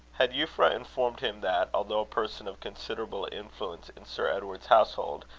had euphra informed him that, although a person of considerable influence in sir edward's household,